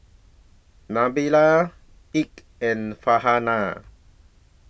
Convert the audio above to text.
Nabila Eka and Farhanah